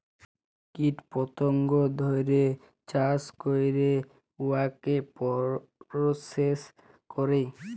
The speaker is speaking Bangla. কীট পতঙ্গ ধ্যইরে চাষ ক্যইরে উয়াকে পরসেস ক্যরে